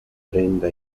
treinta